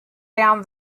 down